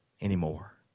anymore